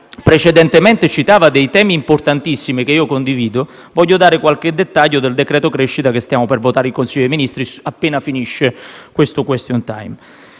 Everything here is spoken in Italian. precedentemente dei temi importantissimi, che io condivido, voglio dare qualche dettaglio del decreto crescita che stiamo per votare in Consiglio dei ministri, appena finirà il *question time.*